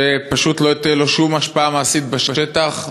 שפשוט לא תהיה לו שום השפעה מעשית בשטח,